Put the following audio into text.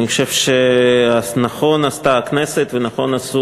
אני חושב שנכון עשתה הכנסת ונכון עשו